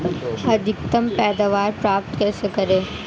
अधिकतम पैदावार प्राप्त कैसे करें?